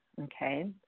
Okay